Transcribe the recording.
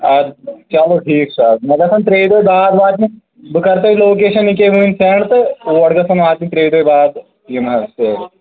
آ چلو ٹھیٖک چھُ آ مےٚ گژھَن ترٛےٚ دۄہۍ بعد واتنہِ بہٕ کرٕ تۄہہِ لوکیشن یِکہٕ وُنۍ سیٚنٛڈ تہٕ اور گژھَن آسٕنۍ ترٛیٚیہِ دۄہۍ بعد یِم حظ سیرِ